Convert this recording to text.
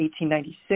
1896